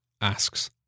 asks